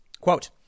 Quote